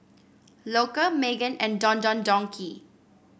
Loacker Megan and Don Don Donki